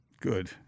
Good